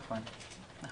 נכון.